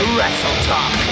WrestleTalk